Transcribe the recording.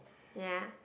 ya